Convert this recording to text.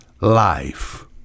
life